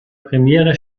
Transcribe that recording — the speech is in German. premiere